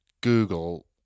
google